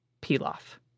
pilaf